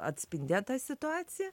atspindėt tą situaciją